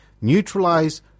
neutralize